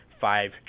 five